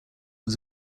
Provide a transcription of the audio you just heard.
was